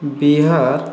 Bihar